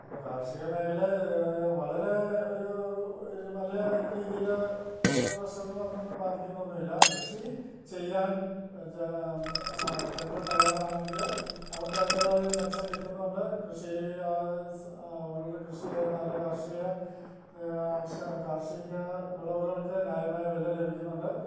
അപ്പോൾ കാർഷിക മേഖലയെ വളരെ ഒരു ഒരു വലിയ രീതിയിൽ റെസ്റ്റോറൻ്റ് വന്നതൊന്നും ബാധിക്കുന്നൊന്നും ഇല്ല കൃഷി ചെയ്യാൻ ജനങ്ങൾ തയ്യാറാണെങ്കിൽ അവർക്കതിൻ്റെതായ മെച്ചം കിട്ടുന്നതുകൊണ്ട് കൃഷി അവരുടെ കൃഷി ചെയ്യുന്ന അല്ലെങ്കിൽ കാർഷിക ആവശ്യ കാർഷിക വിളവുകൾക്ക് ന്യായമായ വില ലഭിക്കുന്നുണ്ട്